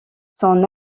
son